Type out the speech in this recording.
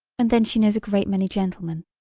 and then she knows a great many gentlemen.